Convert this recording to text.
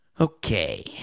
Okay